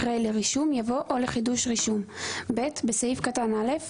אחרי "לרישום" יבוא "או לחידוש רישום"; בסעיף קטן (א),